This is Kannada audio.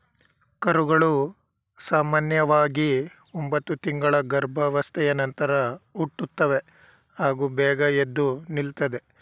ಕರುಗಳು ಸಾಮನ್ಯವಾಗಿ ಒಂಬತ್ತು ತಿಂಗಳ ಗರ್ಭಾವಸ್ಥೆಯ ನಂತರ ಹುಟ್ಟುತ್ತವೆ ಹಾಗೂ ಬೇಗ ಎದ್ದು ನಿಲ್ತದೆ